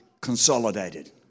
consolidated